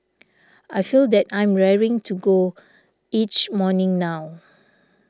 I feel that I'm raring to go each morning now